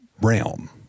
realm